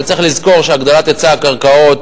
אבל צריך לזכור שהגדלת היצע הקרקעות,